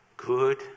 Good